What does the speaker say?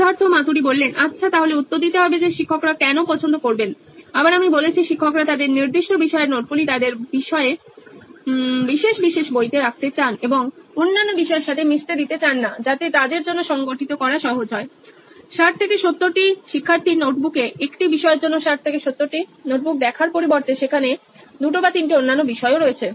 Siddharth Maturi CEO nine electronics আচ্ছা তাহলে উত্তর দিতে হবে যে শিক্ষকরা কেন পছন্দ করবেন আবার আমি বলেছি শিক্ষকরা তাদের নির্দিষ্ট বিষয়ের নোটগুলি তাদের বিশেষ বইয়ে রাখতে চান এবং অন্যান্য বিষয়ের সাথে মিশতে দিতে চান না যাতে তাদের জন্য সংগঠিত করা সহজ হয় 60 70 শিক্ষার্থীর নোটবুকে একটি বিষয়ের জন্য 60 70 শিক্ষার্থীর নোটবুক দেখার পরিবর্তে যেখানে 2 বা 3 টি অন্যান্য বিষয় রয়েছে